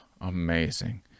amazing